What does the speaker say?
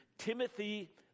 Timothy